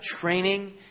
training